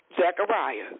Zechariah